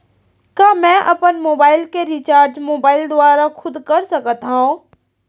का मैं अपन मोबाइल के रिचार्ज मोबाइल दुवारा खुद कर सकत हव?